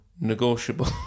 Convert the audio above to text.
negotiable